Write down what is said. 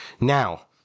Now